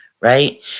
Right